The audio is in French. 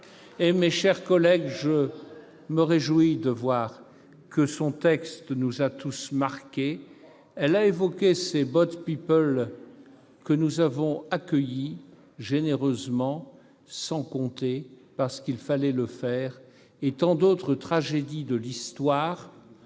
mes chers collègues, que son texte nous ait tous marqués. Elle a évoqué ces que nous avons accueillis généreusement, sans compter, parce qu'il fallait le faire, et tant d'autres tragédies de l'histoire